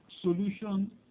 solution